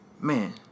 Man